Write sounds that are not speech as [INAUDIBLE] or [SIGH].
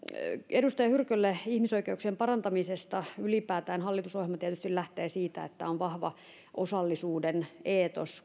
edustaja hyrkölle ihmisoikeuksien parantamisesta hallitusohjelma ylipäätään tietysti lähtee siitä että koko ohjelmassa on vahva osallisuuden eetos [UNINTELLIGIBLE]